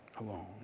alone